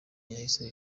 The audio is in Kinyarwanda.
yahise